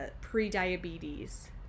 pre-diabetes